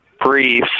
brief